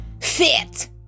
Fit